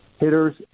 Hitters